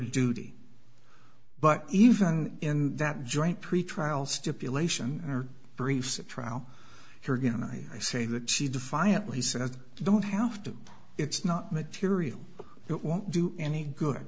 her duty but even in that joint pretrial stipulation or briefs a trial here again i say that she defiantly said i don't have to it's not material it won't do any good